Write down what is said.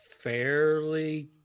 fairly